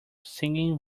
singing